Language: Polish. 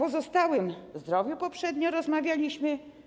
O zdrowiu poprzednio rozmawialiśmy.